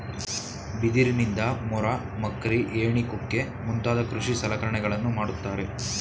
ಬಿದಿರಿನಿಂದ ಮೊರ, ಮಕ್ರಿ, ಏಣಿ ಕುಕ್ಕೆ ಮುಂತಾದ ಕೃಷಿ ಸಲಕರಣೆಗಳನ್ನು ಮಾಡುತ್ತಾರೆ